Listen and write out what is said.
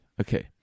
okay